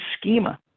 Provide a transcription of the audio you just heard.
schema